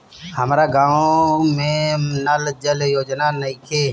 हमारा गाँव मे नल जल योजना नइखे?